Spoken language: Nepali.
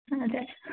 हजुर